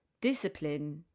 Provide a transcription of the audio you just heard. discipline